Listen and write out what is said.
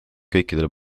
kõikidele